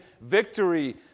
victory